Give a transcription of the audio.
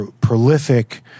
prolific